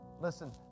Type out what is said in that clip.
Listen